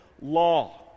law